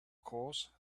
course